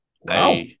Wow